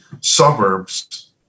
suburbs